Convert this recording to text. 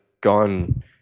gone